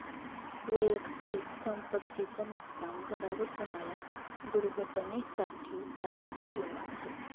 वैयक्तिक संपत्ती च नुकसान, घरावर होणाऱ्या दुर्घटनेंसाठी दायित्व विमा आहे